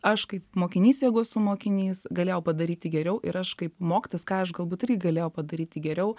aš kaip mokinys jeigu esu mokinys galėjau padaryti geriau ir aš kaip mokytis ką aš galbūt irgi galėjau padaryti geriau